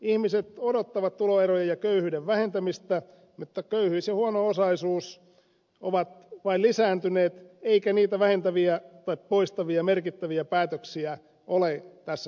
ihmiset odottavat tuloerojen ja köyhyyden vähentämistä mutta köyhyys ja huono osaisuus ovat vain lisääntyneet eikä niitä vähentäviä tai poistavia merkittäviä päätöksiä ole tässä salissa tehty